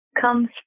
comes